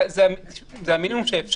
אתה יודע מה אומרים על זה ביידיש?